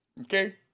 okay